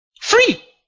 Free